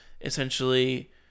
essentially